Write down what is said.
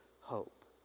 hope